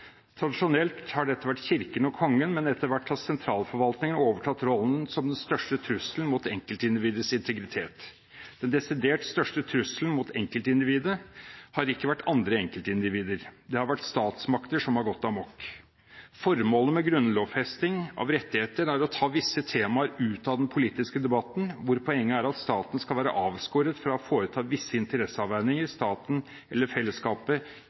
Tradisjonelt har dette vært Kirken og Kongen, men etter hvert har sentralforvaltningen overtatt rollen som den største trusselen mot enkeltindividets integritet. Den desidert største trusselen mot enkeltindividet har ikke vært andre enkeltindivider. Det har vært statsmakter som har gått amok. Formålet med grunnlovfesting av rettigheter er å ta visse temaer ut av den politiske debatten, hvor poenget er at staten skal være avskåret fra å foreta visse interesseavveininger staten eller fellesskapet